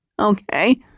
Okay